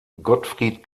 gottfried